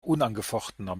unangefochtener